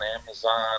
amazon